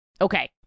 Okay